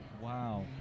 Wow